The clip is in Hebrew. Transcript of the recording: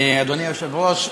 אדוני היושב-ראש,